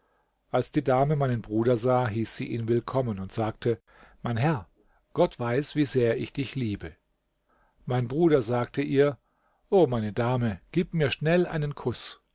als die dame meinen bruder sah hieß sie ihn willkommen und sagte mein herr gott weiß wie sehr ich dich liebe mein bruder sagte ihr o meine dame gib mir schnell einen kuß